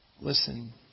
Listen